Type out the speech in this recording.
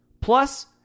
Plus